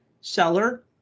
seller